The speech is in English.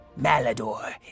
Malador